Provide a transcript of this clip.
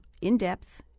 in-depth